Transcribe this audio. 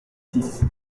six